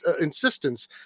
insistence